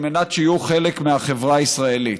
על מנת שיהיו חלק מהחברה הישראלית.